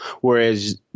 Whereas